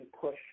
push